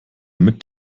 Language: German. mit